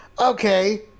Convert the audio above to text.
Okay